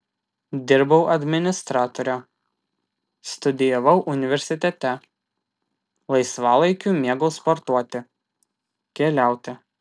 dirbau administratore studijavau universitete laisvalaikiu mėgau sportuoti keliauti